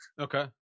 Okay